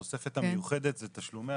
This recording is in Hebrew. התוספת המיוחדת זה תשלומי